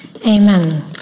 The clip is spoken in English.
Amen